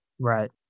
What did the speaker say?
Right